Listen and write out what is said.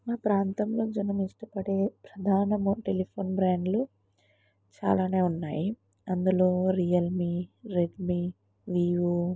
మా ప్రాంతంలో జనం ఇష్టపడే ప్రధాన టెలిఫోన్ బ్రాండ్లు చాలా ఉన్నాయి అందులో రియల్మీ రెడ్మీ వీవో